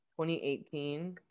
2018